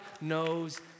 knows